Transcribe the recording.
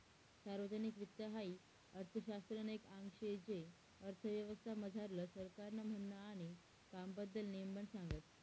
सार्वजनिक वित्त हाई अर्थशास्त्रनं एक आंग शे जे अर्थव्यवस्था मझारलं सरकारनं म्हननं आणि कामबद्दल नेमबन सांगस